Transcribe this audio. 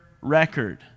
record